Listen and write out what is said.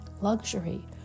luxury